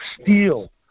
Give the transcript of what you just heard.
steal